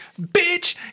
bitch